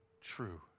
true